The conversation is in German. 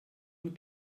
und